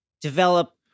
develop